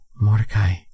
Mordecai